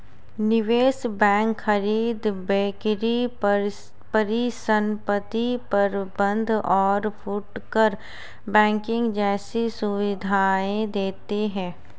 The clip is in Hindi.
निवेश बैंक खरीद बिक्री परिसंपत्ति प्रबंध और फुटकर बैंकिंग जैसी सुविधायें देते हैं